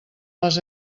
les